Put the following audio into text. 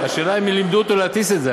השאלה אם לימדו אותו להטיס את זה,